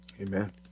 Amen